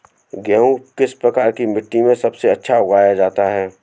गेहूँ किस प्रकार की मिट्टी में सबसे अच्छा उगाया जाता है?